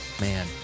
man